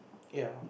ya